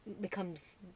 becomes